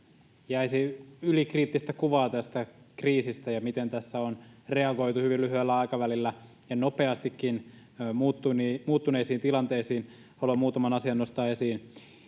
jäisi ylikriittistä kuvaa tästä kriisistä ja siitä, miten tässä on reagoitu hyvin lyhyellä aikavälillä ja nopeastikin muuttuneisiin tilanteisiin, haluan muutaman asian nostaa esiin: